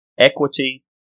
equity